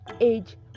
age